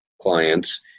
clients